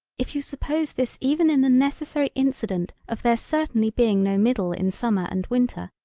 if you suppose this even in the necessary incident of there certainly being no middle in summer and winter,